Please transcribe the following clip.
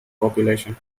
population